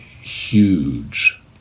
huge